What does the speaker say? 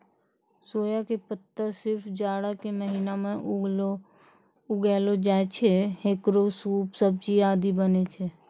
सोया के पत्ता सिर्फ जाड़ा के महीना मॅ उगैलो जाय छै, हेकरो सूप, सब्जी आदि बनै छै